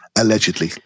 allegedly